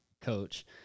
coach